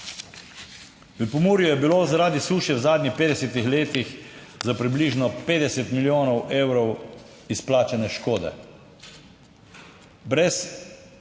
V Pomurju je bilo zaradi suše v zadnjih 50 letih za približno 50 milijonov evrov izplačane škode.